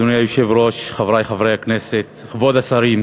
אדוני היושב-ראש, חברי חברי הכנסת, כבוד השרים,